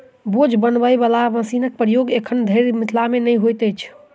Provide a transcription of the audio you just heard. बोझ बनबय बला मशीनक प्रयोग एखन धरि मिथिला मे नै होइत अछि